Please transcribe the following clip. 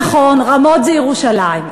נכון, רמות זה ירושלים.